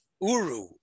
Uru